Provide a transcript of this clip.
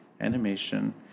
animation